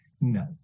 no